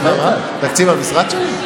תקציב המשרד שלי?